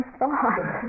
thought